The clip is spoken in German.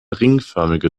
ringförmige